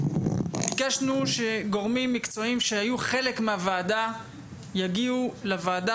ביקשנו שגורמים מקצועיים שהיו חלק מהוועדה יגיעו לוועדה